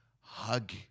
Hug